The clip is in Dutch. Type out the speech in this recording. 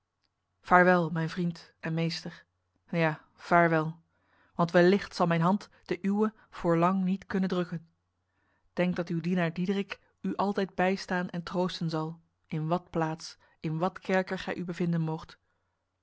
vaarwel mijn vriend en meester ja vaarwel want wellicht zal mijn hand de uwe voor lang niet kunnen drukken denk dat uw dienaar diederik u altijd bijstaan en troosten zal in wat plaats in wat kerker gij u bevinden moogt